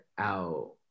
out